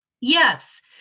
Yes